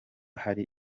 hari